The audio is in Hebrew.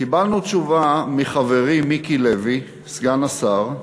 קיבלנו תשובה מחברי מיקי לוי, סגן השר,